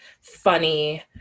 funny